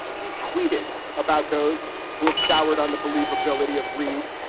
he tweeted about those who have soured on the believability of reid,